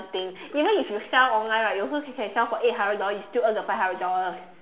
thing even if you sell online right you also can sell for eight hundred dollars you still earn the five hundred dollars